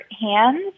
hands